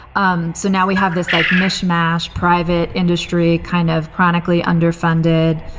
um so now we have this like mishmash, private industry, kind of chronically underfunded.